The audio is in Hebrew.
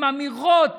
עם אמירות